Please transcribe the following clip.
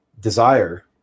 desire